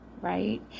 right